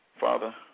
Father